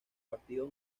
partido